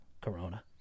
Corona